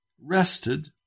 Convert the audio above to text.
rested